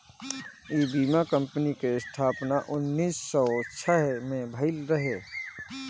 इ बीमा कंपनी के स्थापना उन्नीस सौ छह में भईल रहे